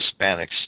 Hispanics